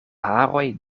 haroj